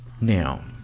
now